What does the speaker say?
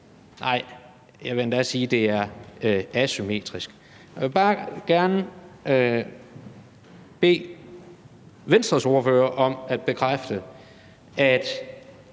Nej, jeg vil endda sige, at det er asymmetrisk. Jeg vil bare gerne bede Venstres ordfører om at bekræfte, at